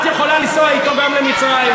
גם את יכולה לנסוע אתו למצרים.